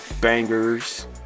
bangers